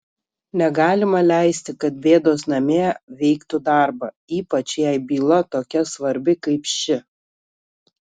negalima leisti kad bėdos namie veiktų darbą ypač jei byla tokia svarbi kaip ši